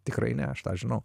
tikrai ne aš tą žinau